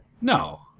No